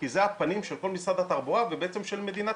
כי זה הפנים של משרד התחבורה ובעצם של מדינת